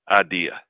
idea